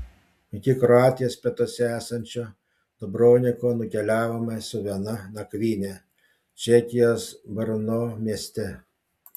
iki kroatijos pietuose esančio dubrovniko nukeliavome su viena nakvyne čekijos brno mieste